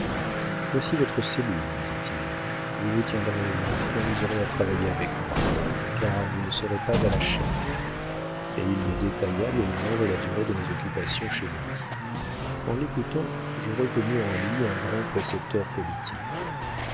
voici votre cellule me dit-il vous vous tiendrez là quand vous aurez à travailler avec moi car vous ne serez pas à la chaîne et il me détailla le genre et la durée de mes occupations chez lui en l'écoutant je reconnus en lui un grand précepteur politique